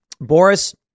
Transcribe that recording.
Boris